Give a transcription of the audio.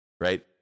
Right